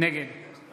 נגד